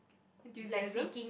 enthusiasm